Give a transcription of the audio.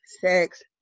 sex